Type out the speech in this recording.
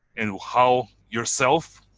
and how yourself